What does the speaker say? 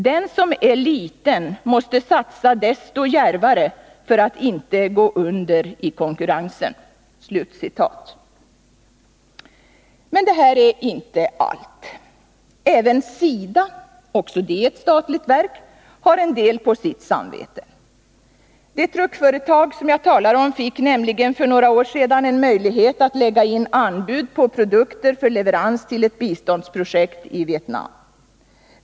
Den som är liten måste satsa desto djärvare för att inte gå under i konkurrensen.” Men detta är inte allt. Även SIDA, också det ett statligt verk, har en del på sitt samvete. Det här truckföretaget fick nämligen för några år sedan en möjlighet att lägga in anbud på produkter för leverans till ett biståndsprojekt i Vietnam.